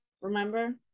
Remember